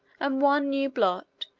and one new blot,